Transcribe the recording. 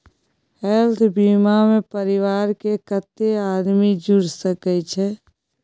Health बीमा मे परिवार के कत्ते आदमी जुर सके छै?